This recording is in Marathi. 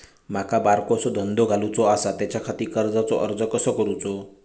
माका बारकोसो धंदो घालुचो आसा त्याच्याखाती कर्जाचो अर्ज कसो करूचो?